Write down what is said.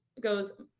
Goes